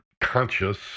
conscious